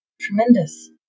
tremendous